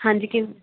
ਹਾਂਜੀ ਕਿ